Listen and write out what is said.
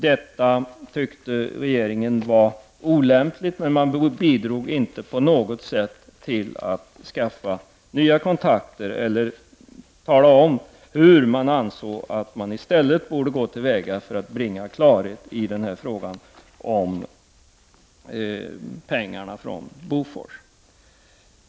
Regeringen menade att detta var olämpligt men bidrog inte på något sätt till att skaffa nya kontakter eller tala om hur man ansåg att Ringberg i stället borde gå till väga för att bringa klarhet i frågan om pengarna från Bofors.